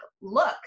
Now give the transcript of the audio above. look